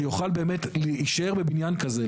שיוכל באמת להישאר בבניין כזה,